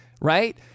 Right